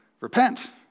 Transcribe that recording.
repent